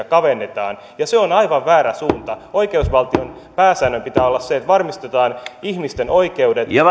kavennetaan ja se on aivan väärä suunta oikeusvaltion pääsäännön pitää olla se että varmistetaan ihmisten oikeudet ja